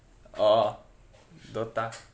oh DOTA